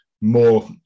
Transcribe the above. more